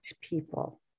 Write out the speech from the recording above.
people